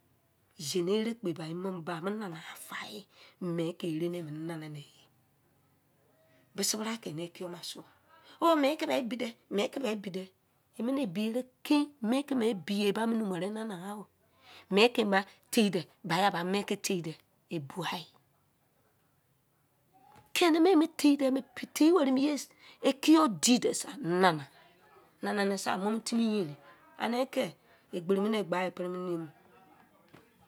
Zinẹ-ẹrẹ kpo eba mo, nana fae mẹ kẹ ẹrẹ nẹ enana bise bra kẹ ini kiyọu mạ suo mẹnẹ o me kẹ ba ebi mẹ kẹ ba ebi e mẹnẹ ebi yẹ ẹrẹ kị me kẹmẹ ba ebi ere emu numu wẹrẹ eba nana o. Mẹkẹ ba tẹ dẹ biya ba mẹ kẹ tẹ dẹ ebu wa e kinẹ mẹ emu tẹ dẹ, tẹ wẹrẹ ẹmi yẹ ikiyọụ di dẹ sẹ nana e nana dẹsẹri momotimi yerin anẹ ke egberi mẹnẹ e gba pre mẹnẹ yẹ mẹ.